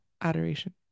adoration